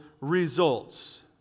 results